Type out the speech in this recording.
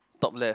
top left